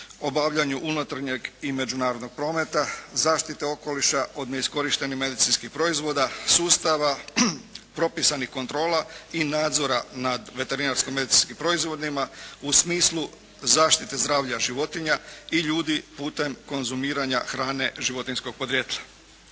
obavljanju unutarnjeg i međunarodnog prometa, zaštite okoliša od neiskorištenih medicinskih proizvoda, sustava propisanih kontrola i nadzora nad veterinarsko-medicinskim proizvoda u smislu zaštite zdravlja životinja i ljudi putem konzumiranja hrane životinjskog podrijetla.